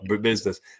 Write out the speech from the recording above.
business